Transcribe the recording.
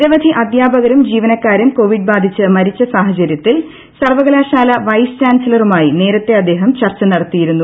നിരവധി അധ്യാപകരും ജീവനക്കാരും കോവിഡ് ട്രിബാധിച്ച് മരിച്ച സാഹചര്യത്തിൽ സർവ്വകലാശാല വൈസ്കൃഷ്ട്രിച്ചാൻസിലറുമായി നേരത്തെ അദ്ദേഹം ചർച്ച നടത്തിയിരുന്നു